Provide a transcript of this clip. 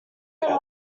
than